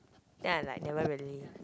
then I like never really